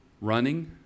Running